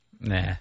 Nah